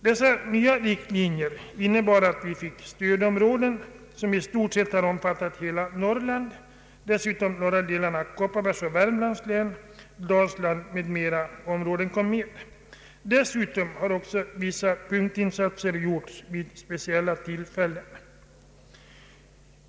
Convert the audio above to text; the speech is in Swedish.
Dessa nya riktlinjer innebar att vi fick stödområden, som i stort sett omfattat hela Norrland. Norra delarna av Kopparbergs och Värmlands län, Dalsland m.fl. områden kom också med. Dessutom har vissa punktinsatser gjorts vid speciella tillfällen.